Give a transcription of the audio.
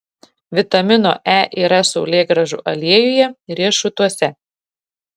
vitamino e yra saulėgrąžų aliejuje riešutuose